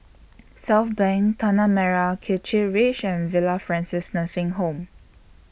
Southbank Tanah Merah Kechil Ridge and Villa Francis Nursing Home